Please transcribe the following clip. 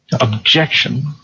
Objection